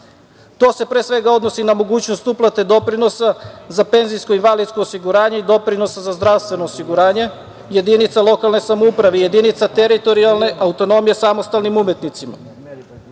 To se pre svega odnosi na mogućnost uplate doprinosa za PIO i doprinosa za zdravstveno osiguranje jedinica lokalne samouprave, jedinica teritorijalne autonomije samostalnim umetnicima. Ono